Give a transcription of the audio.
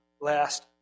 last